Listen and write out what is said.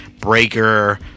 breaker